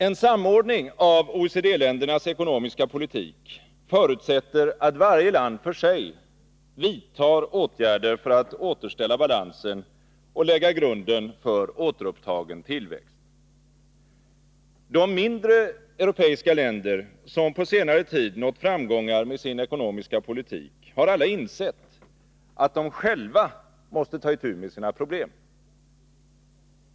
En samordning av OECD-ländernas ekonomiska politik förutsätter att varje land för sig vidtar åtgärder för att återställa balansen och lägga grunden för återupptagen tillväxt. De mindre europeiska länder som på senare tid nått framgångar med sin ekonomiska politik har alla insett att de själva måste ta itu med sina problem.